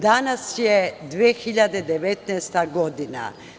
Danas je 2019. godina.